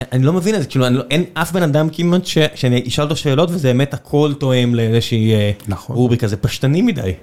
אני לא מבין את זה כאילו אין אף בן אדם כמעט שאני אשאל אותו שאלות וזה באמת הכל תואם לאיזה שהיא רובריקה זה פשטני מדי.